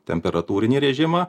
temperatūrinį režimą